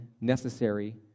necessary